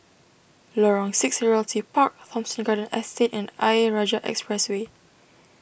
Lorong six Realty Park Thomson Garden Estate and Ayer Rajah Expressway